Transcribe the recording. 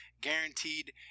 guaranteed